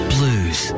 Blues